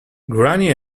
granny